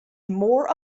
more